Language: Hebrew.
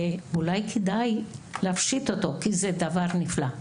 אולי כדאי להמשיך אותו כי זה דבר נפלא.